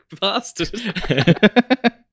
bastard